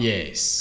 Yes